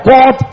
God